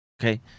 okay